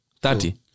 Thirty